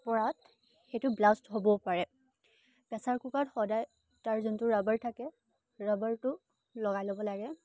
পৰাত সেইটো ব্লাষ্ট হ'ব পাৰে প্ৰেছাৰ কুকাৰত সদায় তাৰ যোনটো ৰাবাৰ থাকে ৰাবাৰটো লগাই ল'ব লাগে